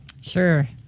Sure